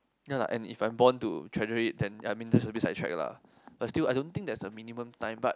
ya lah and if I am born to treasure it then I mean that's a bit side track lah but still I don't think there's a minimum time but